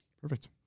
Perfect